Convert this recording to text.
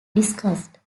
discussed